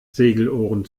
segelohren